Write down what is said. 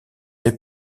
les